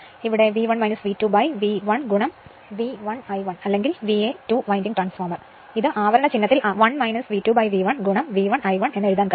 അതിനാൽ ഇത് V1 V2 V1 V1 I1 അല്ലെങ്കിൽ VA 2 winding ട്രാൻസ്ഫോർമർ ഇത് ഈ ആവരണ ചിഹ്നത്തിൽ 1 V2 V1 V1 I1 എഴുതാൻ കഴിയും